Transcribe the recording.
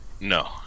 No